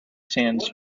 fans